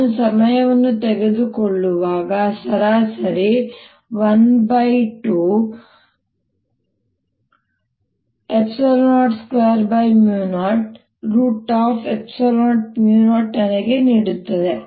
ನಾನು ಸಮಯವನ್ನು ತೆಗೆದುಕೊಳ್ಳುವಾಗ ಸರಾಸರಿ 12E02000 ನನಗೆ ನೀಡುತ್ತದೆ